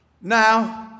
Now